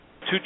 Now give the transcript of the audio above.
two